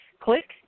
click